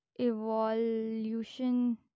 evolution